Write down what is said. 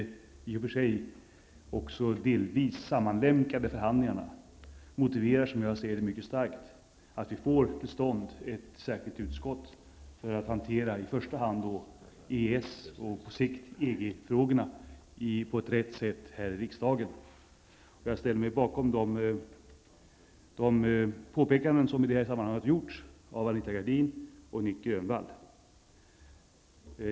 Alla dessa olika, men också delvis sammanlänkande, förhandlingar motiverar enligt min mening mycket starkt att det inrättas ett särskilt utskott här i riksdagen för att på ett rätt sätt hantera i första hand EES-arbetet och på sikt EG frågorna. Jag ställer mig bakom de påpekanden som i detta sammanhang har gjorts av Anita Gradin och Nic Grönvall.